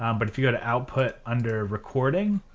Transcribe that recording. um but if you go to output under recording,